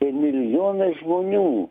tai milijonai žmonių